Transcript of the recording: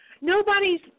nobody's